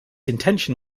intention